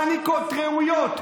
פניקות ראויות,